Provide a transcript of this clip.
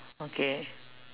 okay